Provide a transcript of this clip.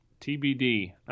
TBD